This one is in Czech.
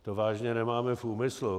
To vážně nemáme v úmyslu.